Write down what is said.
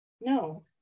No